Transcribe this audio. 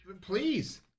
please